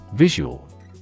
Visual